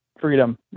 Freedom